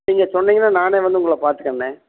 நீங்கள் சொன்னீங்கன்னால் நானே வந்து உங்களை பார்த்துக்கறேன்னே